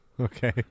Okay